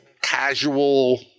casual